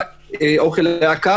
האוכל היה קר,